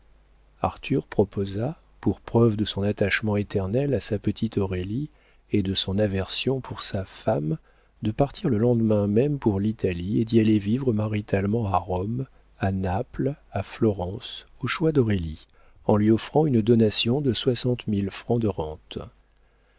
proposa pour preuve de son attachement éternel à sa petite aurélie et de son aversion pour sa femme de partir le lendemain même pour l'italie et d'y aller vivre maritalement à rome à naples à florence au choix d'aurélie en lui offrant une donation de soixante mille francs de rentes